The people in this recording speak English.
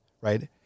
right